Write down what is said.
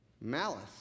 Malice